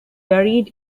buried